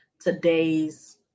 today's